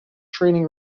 training